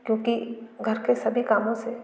क्योंकि घर के सभी कामों से